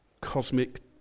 cosmic